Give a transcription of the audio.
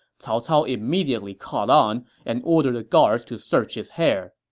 cao cao immediately caught on and ordered the guards to search his hair.